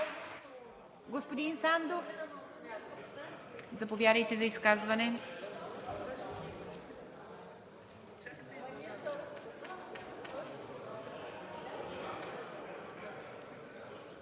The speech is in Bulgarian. Господин Гечев, заповядайте за изказване.